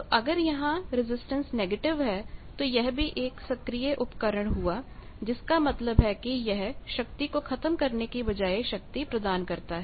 तो अगर यहां रजिस्टेंस नेगेटिव है तो यह भी एक सक्रिय उपकरण हुआ जिसका मतलब है कि यह शक्ति को खत्म करने की बजाय शक्ति प्रदान करता है